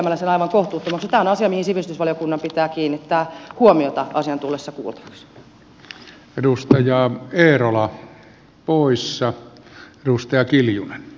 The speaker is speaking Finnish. tämä on asia mihin sivistysvaliokunnan pitää kiinnittää huomiota asian tullessa kuulta vaksi